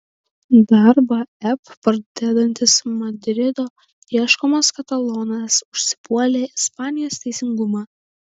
darbą ep pradedantis madrido ieškomas katalonas užsipuolė ispanijos teisingumą